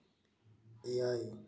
ᱮᱭᱟᱭ